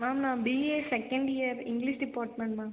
ma'am நான் BA second year English department ma'am